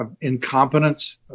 incompetence